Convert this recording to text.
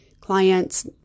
clients